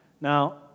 Now